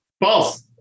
False